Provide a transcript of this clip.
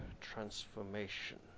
transformation